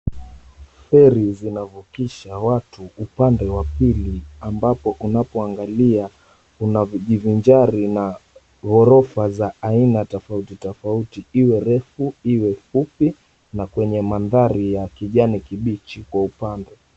Feri zinavukisha watu upande wa pili ambapo unapoangalia unajivinjari na ghorofa za aina tofauti tofauti iwe refu, iwe fupi na kwenye maandhari ya kijani kibichi kwa upande.